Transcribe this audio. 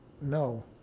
No